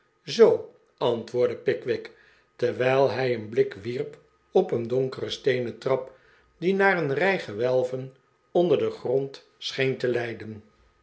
zoo antwoordde pickwick terwijl hij een blik wierp op een donkere steenen trap die naar een rij gewelven onder den grond scheen te leiden